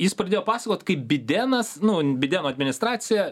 jis pradėjo pasakot kaip bidenas nu bideno administracija